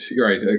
right